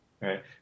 right